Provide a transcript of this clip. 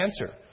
answer